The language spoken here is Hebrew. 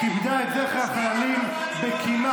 כיבדה את זכר החללים בקימה,